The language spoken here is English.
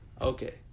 Okay